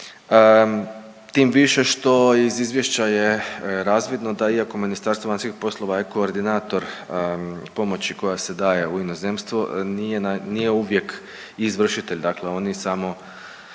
tim više što iz izvješća je razvidno da iako Ministarstvo vanjskih poslova je koordinator pomoći koja se daje u inozemstvo, nije uvijek izvršitelj. Dakle oni samo